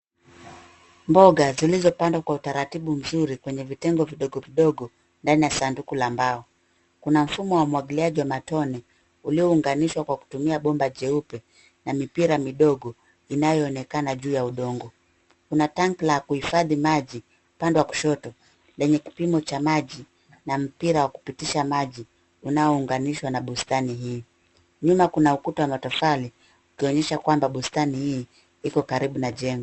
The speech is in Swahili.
Mboga zilizopandwa kwa utaratibu mzuri kwenye vitengo vidogo vidogo ndani ya sanduku la mbao. Kuna mfumo wa umwagiliaji wa matone ulionganishwa kwa kutumia bomba jeupe na mipira midogo inayoonekana juu ya udongo. Kuna tank la kuhifadhi maji, upande wa kushoto, lenye kipimo cha maji na mpira wa kupitisha maji unaounganishwa na bustani hii. Nyuma kuna ukuta wa matofali, ukionyesha kwamba bustani hii iko karibu na jengo.